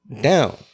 Down